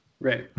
Right